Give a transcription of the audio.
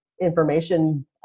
information